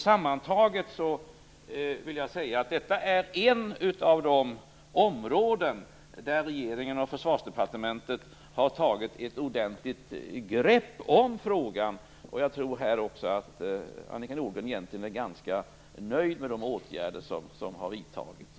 Sammantaget vill jag alltså säga att detta är ett av de områden där regeringen och Försvarsdepartementet har tagit ett ordentligt grepp om frågan. Jag tror också att Annika Nordgren egentligen är ganska nöjd med de åtgärder som har vidtagits.